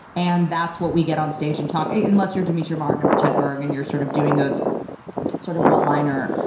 and that's what we get on stage and talk about, unless you're demetri martin or mitch hedberg and you're sort of doing those sort of one liner,